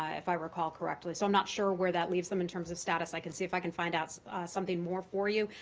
if i recall correctly. so i'm not sure where that leaves them in terms of status. i can see if i can find out something more for you.